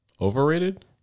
overrated